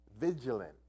vigilant